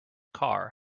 car